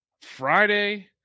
Friday